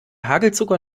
hagelzucker